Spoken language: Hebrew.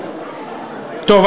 טוב,